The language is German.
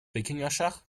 wikingerschach